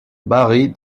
barry